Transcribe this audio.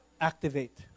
Activate